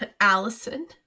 Allison